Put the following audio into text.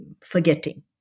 forgetting